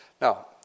Now